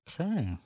Okay